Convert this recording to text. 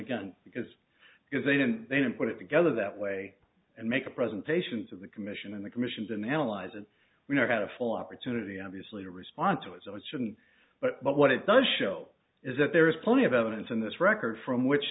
again because because they didn't they don't put it together that way and make a presentation to the commission and the commissions and analyze it we never had a full opportunity obviously a response to it so it shouldn't but what it does show is that there is plenty of evidence in this record from which